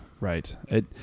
right